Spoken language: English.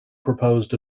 proposed